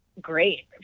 great